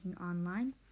online